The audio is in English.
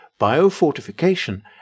biofortification